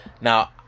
Now